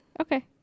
Okay